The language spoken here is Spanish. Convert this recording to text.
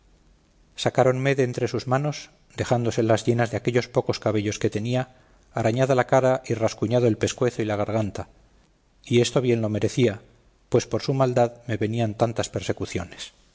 sacáronme de entre sus manos dejándoselas llenas de aquellos pocos cabellos que tenía arañada la cara y rascuñado el pescuezo y la garganta y esto bien lo merecía pues por su maldad me venían tantas persecuciones